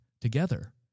together